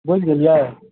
बुझि गेलिए